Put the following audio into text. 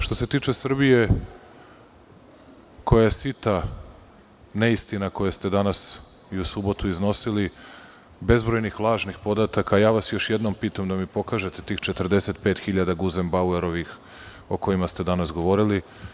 Što se tiče Srbije, koja je sita neistina koje ste danas i u subotu iznosili, bezbrojnih lažnih podataka, ja vas još jednom pitam da mi pokažete tih 45.000 Guzenbauerovih o kojima ste danas govorili.